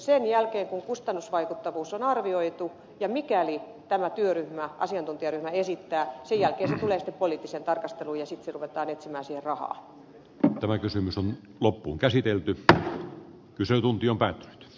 sen jälkeen kun kustannusvaikuttavuus on arvioitu ja mikäli tämä työryhmä asiantuntijaryhmä esittää se tulee sitten poliittiseen tarkasteluun ja sitten ruvetaan etsimään siihen rahaa ole kysymys on loppuunkäsitelty tähtää kyselytunti jonka j